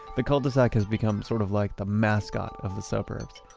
the cul-de-sac has become sort of like the mascot of the suburbs.